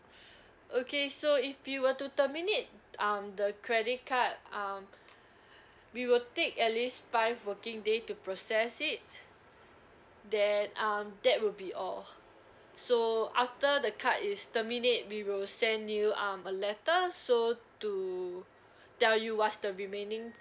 okay so if you were to terminate um the credit card um we will take at least five working days to process it then um that will be all so after the card is terminate we will send you um a letter so to tell you what's the remaining